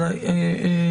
איתמר,